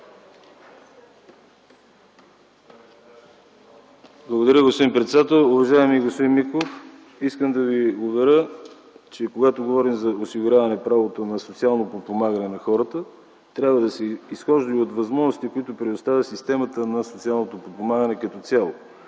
Благодаря, господин председател. Уважаеми господин Миков, искам да Ви уверя, че когато говорим за осигуряване правото на социално подпомагане на хората, трябва да се изхожда и от възможностите, които предоставя системата на социалното подпомагане като цяло.